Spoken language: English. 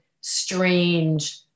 strange